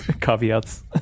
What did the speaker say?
caveats